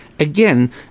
Again